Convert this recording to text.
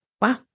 Wow